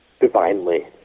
divinely